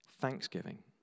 thanksgiving